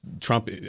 Trump